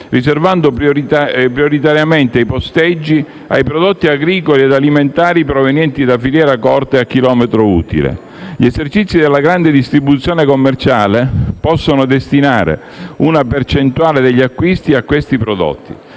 riservando prioritariamente i posteggi ai prodotti agricoli e alimentari provenienti da filiera corta e a chilometro utile. Gli esercizi della grande distribuzione commerciale possono destinare una percentuale degli acquisti a questi prodotti.